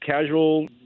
casual